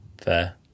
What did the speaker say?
Fair